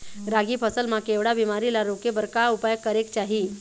रागी फसल मा केवड़ा बीमारी ला रोके बर का उपाय करेक होही?